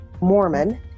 Mormon